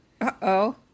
Uh-oh